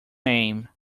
name